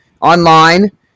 online